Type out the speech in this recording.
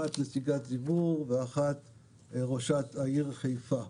אחת נציגת ציבור ואחת ראש העיר חיפה.